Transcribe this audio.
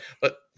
but-